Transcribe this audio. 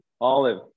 Olive